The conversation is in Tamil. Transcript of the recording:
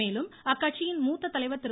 மேலும் அக்கட்சியின் மூத்த தலைவர் திரு